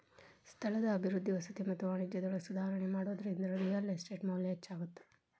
ಸ್ಥಳದ ಅಭಿವೃದ್ಧಿ ವಸತಿ ಮತ್ತ ವಾಣಿಜ್ಯದೊಳಗ ಸುಧಾರಣಿ ಮಾಡೋದ್ರಿಂದ ರಿಯಲ್ ಎಸ್ಟೇಟ್ ಮೌಲ್ಯ ಹೆಚ್ಚಾಗತ್ತ